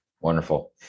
Wonderful